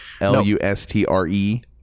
l-u-s-t-r-e